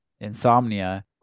insomnia